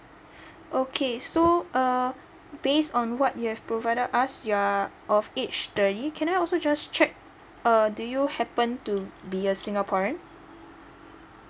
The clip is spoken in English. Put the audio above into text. okay so uh based on what you have provided us you are of age thirty can I also just check uh do you happen to be a singaporean